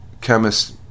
chemist